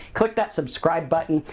click that subscribe button,